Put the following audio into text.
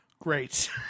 Great